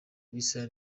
bisa